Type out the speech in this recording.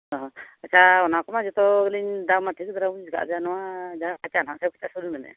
ᱚ ᱟᱪᱪᱷᱟ ᱚᱱᱟ ᱠᱚᱢᱟ ᱡᱚᱛᱚᱜᱮᱞᱤᱧ ᱫᱟᱢᱟ ᱴᱷᱤᱠ ᱫᱷᱟᱨᱟ ᱵᱩᱡᱽ ᱟᱠᱟᱜᱼᱟ ᱱᱚᱣᱟ ᱡᱟᱦᱟᱸ ᱠᱟᱪᱟ ᱱᱟᱦᱟᱜ ᱰᱮᱹᱲᱥᱚ ᱠᱟᱛᱮᱫ ᱵᱮᱱ ᱢᱮᱱᱮᱫᱼᱟ